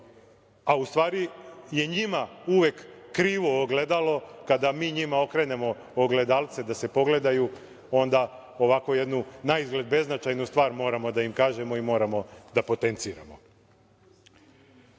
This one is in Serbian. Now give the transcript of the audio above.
a u stvari je njima uvek krivo ogledalo kada mi njima okrenemo ogledalce da se pogledaju, onda ovako jednu naizgled beznačajnu stvar moramo da im kažemo i moramo da potenciramo. Pored